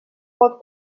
pot